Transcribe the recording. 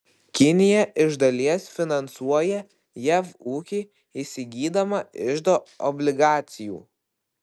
kinija iš dalies finansuoja jav ūkį įsigydama iždo obligacijų